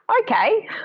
okay